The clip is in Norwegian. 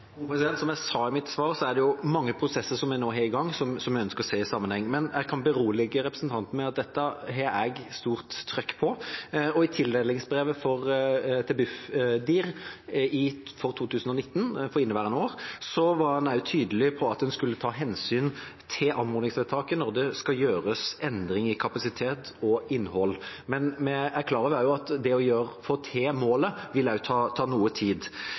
Som jeg sa i mitt svar, er det mange prosesser vi nå har i gang, som vi ønsker å se i sammenheng. Men jeg kan berolige representanten med at dette har jeg stort trykk på. I tildelingsbrevet til Bufdir for inneværende år, 2019, var en tydelig på at en skulle ta hensyn til anmodningsvedtaket når det skal gjøres endring i kapasitet og innhold. Men vi er klar over at det å få til målet vil ta noe tid.